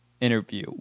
interview